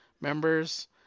members